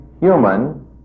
human